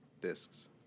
discs